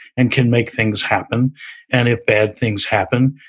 and can make things happen and if bad things happen,